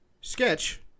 sketch